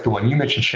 the one you mentioned,